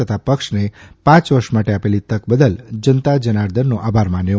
તથા પક્ષને પાંચ વર્ષ માટે આપેલી તક બદલ જનતા જનાર્દનનો આભાર માન્યો